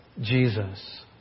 Jesus